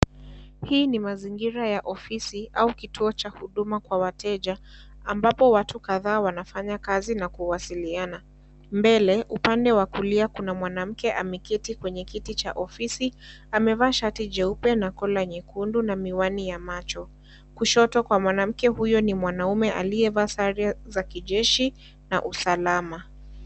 Hii ni mazingira ya ofisi au kituo cha huduma kwa wateja ambapo watu kadhaa wanafanya kazi na kuwasiliana, mbele upande wa kulia kuna mwanamke ameketi kwenye kiti cha ofisi, amevaa shati jeupe na kola nyekundu na miwani ya macho, kushoto kwa mwanamke huyo ni mwanaume aliyevaa sare za kijeshi na usalama.